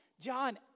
John